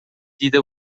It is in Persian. دیده